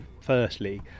firstly